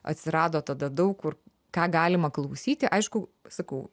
atsirado tada daug kur ką galima klausyti aišku sakau